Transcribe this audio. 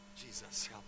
Jesus